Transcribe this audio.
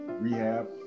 rehab